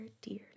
dear